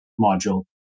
module